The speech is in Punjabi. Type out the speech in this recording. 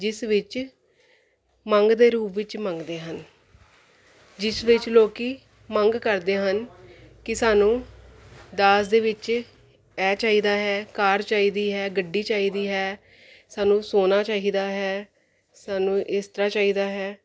ਜਿਸ ਵਿੱਚ ਮੰਗ ਦੇ ਰੂਪ ਵਿੱਚ ਮੰਗਦੇ ਹਨ ਜਿਸ ਵਿੱਚ ਲੋਕੀ ਮੰਗ ਕਰਦੇ ਹਨ ਕਿ ਸਾਨੂੰ ਦਾਜ ਦੇ ਵਿੱਚ ਇਹ ਚਾਹੀਦਾ ਹੈ ਕਾਰ ਚਾਹੀਦੀ ਹੈ ਗੱਡੀ ਚਾਹੀਦੀ ਹੈ ਸਾਨੂੰ ਸੋਨਾ ਚਾਹੀਦਾ ਹੈ ਸਾਨੂੰ ਇਸ ਤਰ੍ਹਾਂ ਚਾਹੀਦਾ ਹੈ